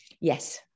yes